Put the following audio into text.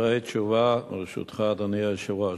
אדוני היושב-ראש,